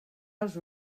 els